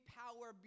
power